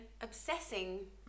obsessing